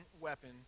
weapon